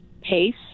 pace